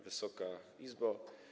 Wysoka Izbo!